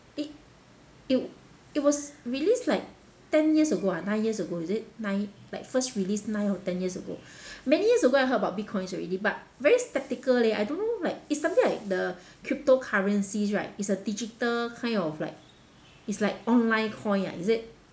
it it it was released like ten years ago ah nine years ago is it nine like first released nine or ten years ago many years ago I heard about bitcoins already but very skeptical leh I don't know like is something like the crypto currencies right is a digital kind of like it's like online coin ah is it